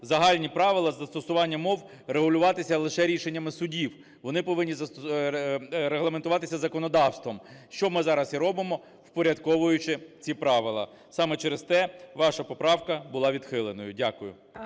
загальні правила з застосуванням мов регулюватися лише рішеннями судів, вони повинні регламентуватися законодавством, що ми зараз і робимо впорядковуючи ці правила. Саме через те ваша поправка була відхиленою. Дякую.